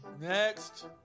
Next